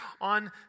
on